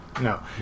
No